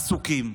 עסוקים.